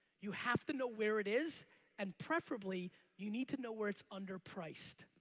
you have to know where it is and preferably you need to know where it's underpriced.